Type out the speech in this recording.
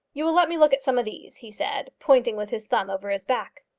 you will let me look at some of these, he said, pointing with his thumb over his back.